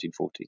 1940